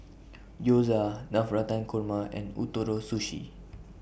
Gyoza Navratan Korma and Ootoro Sushi